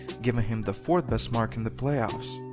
giving him the fourth best mark in the playoffs.